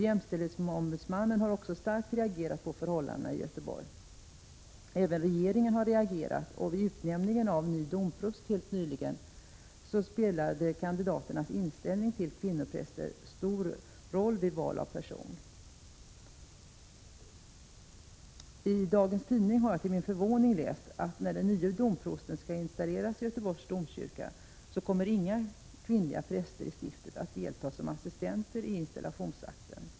Jämställdhetsombudsmannen har också starkt reagerat mot förhållandena i Göteborg. Även regeringen har reagerat, och vid utnämningen av ny domprost helt nyligen spelade kandidaternas inställning till kvinnopräster stor roll vid val av person. I dagens tidning har jag till min förvåning läst, att när den nye domprosten skall installeras i Göteborgs domkyrka, kommer inga kvinnliga präster i stiftet att delta som assistenter i installationsakten.